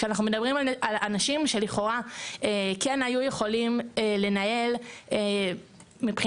כשאנחנו מדברים על אנשים שלכאורה כן היו יכולים לנהל מבחינה